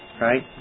Right